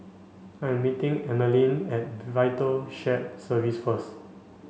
I'm meeting Emmaline at VITAL Shared Services first